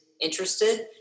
interested